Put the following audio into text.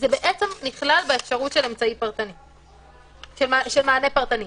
נכלל באפשרות של מענה פרטני.